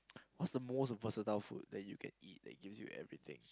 what's the most versatile food that you can eat that gives you everything